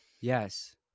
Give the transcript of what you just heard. Yes